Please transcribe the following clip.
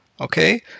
okay